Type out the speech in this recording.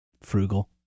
frugal